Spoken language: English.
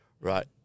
right